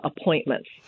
appointments